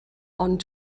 ond